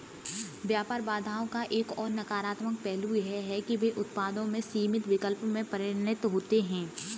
व्यापार बाधाओं का एक और नकारात्मक पहलू यह है कि वे उत्पादों के सीमित विकल्प में परिणत होते है